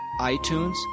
iTunes